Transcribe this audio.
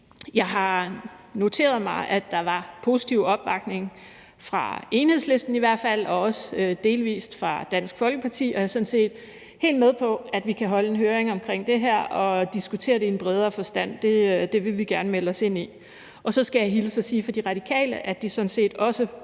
Jeg har noteret mig, at der var positiv opbakning fra i hvert fald Enhedslisten og også delvis fra Dansk Folkeparti, og jeg er sådan set helt med på, at vi kan holde en høring om det her og diskutere det i en bredere forstand. Det vil vi gerne melde os til. Og så skal jeg hilse og sige fra De Radikale, at de sådan set også